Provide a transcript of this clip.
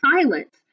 silence